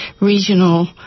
regional